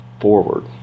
forward